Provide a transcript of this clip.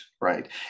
Right